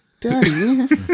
Daddy